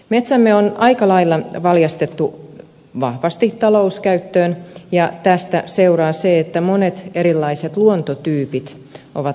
metsämme on valjastettu aikalailla vahvasti talouskäyttöön ja tästä seuraa se että monet erilaiset luontotyypit ovat vaarassa hävitä